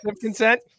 consent